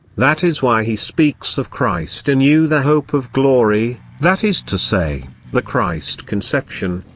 that is why he speaks of christ in you the hope of glory, that is to say, the christ conception,